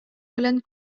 кэлэн